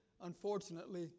unfortunately